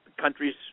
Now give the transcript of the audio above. countries